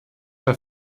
der